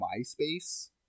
myspace